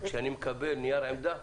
כשאני מקבל נייר עמדה,